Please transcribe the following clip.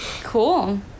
Cool